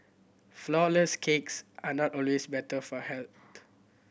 flourless cakes are not always better for health